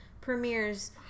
premieres